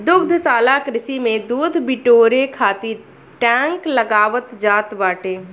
दुग्धशाला कृषि में दूध बिटोरे खातिर टैंक लगावल जात बाटे